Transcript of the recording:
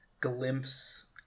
Glimpse